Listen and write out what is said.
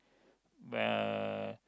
uh